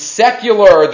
secular